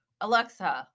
Alexa